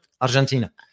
Argentina